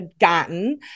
gotten